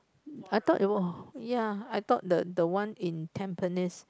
I thought ya I thought the the one in Tampines